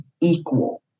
equal